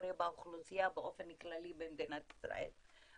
שקורה באוכלוסייה באופן כללי במדינת ישראל.